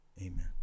amen